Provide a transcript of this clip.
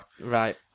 Right